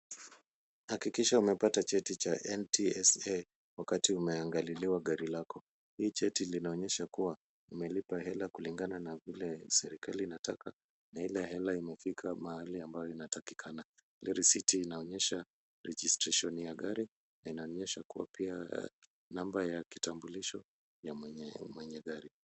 Hakikisha umepata cheti cha NTSA wakati umeangaliliwa gari lako. Hii cheti linaonyesha kuwa umelipa hela kulingana na vile serikali inataka na ile hela imefika mahali ambayo inatakikana. Ile risiti inaonyesha registration ya gari na inaonyesha pia kuwa namba ya kitambulisho ya mwenye gari.